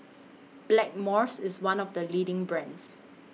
Blackmores IS one of The leading brands